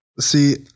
See